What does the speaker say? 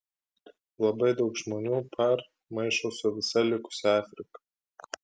labai daug žmonių par maišo su visa likusia afrika